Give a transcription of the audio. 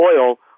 oil